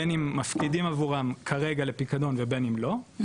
בין אם מפקידים עבורם כרגע לפיקדון ובין אם לא,